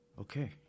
Okay